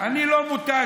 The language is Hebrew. אני לא מותש.